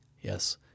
Yes